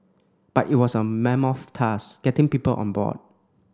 but it was a mammoth task getting people on board